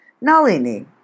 Nalini